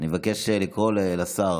אני מבקש לקרוא לשר.